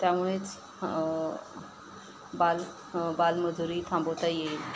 त्यामुळेच बाल बालमजुरी थांबवता येईल